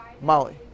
Molly